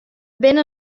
binne